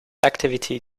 activity